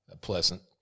pleasant